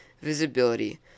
Visibility